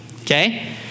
okay